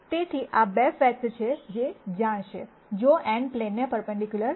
તેથી આ 2 ફેક્ટ છે જે જાણશે જો n પ્લેન ને પર્પન્ડિક્યુલર છે